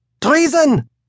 Treason